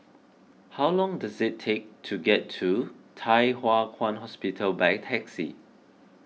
how long does it take to get to Thye Hua Kwan Hospital by taxi